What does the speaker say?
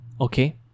okay